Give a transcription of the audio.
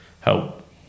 help